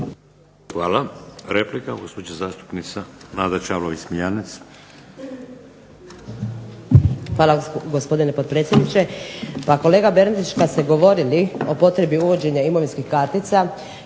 Hvala. Replika, gospođa zastupnica Nada Čavlović Smiljanec.